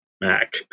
mac